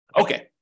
Okay